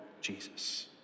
Jesus